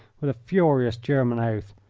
with a furious german oath.